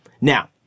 Now